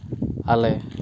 ᱟᱞᱮ